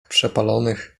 przepalonych